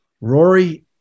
Rory